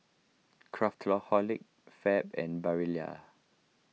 Craftholic Fab and Barilla